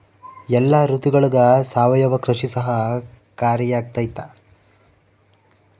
ಎಲ್ಲ ಋತುಗಳಗ ಸಾವಯವ ಕೃಷಿ ಸಹಕಾರಿಯಾಗಿರ್ತೈತಾ?